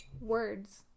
words